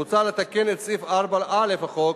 מוצע לתקן את סעיף 4א לחוק,